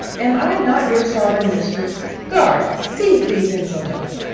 am i not your sovereign mistress? guard, seize these insolents